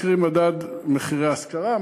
קרי מדד מחירי ההשכרה,